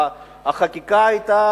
החקיקה היתה